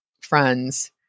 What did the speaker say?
friends